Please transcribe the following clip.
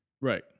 Right